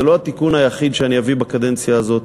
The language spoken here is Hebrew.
זה לא התיקון היחיד שאני אביא בקדנציה הזאת,